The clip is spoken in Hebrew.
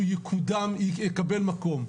שהוא יקודם ויקבל מקום,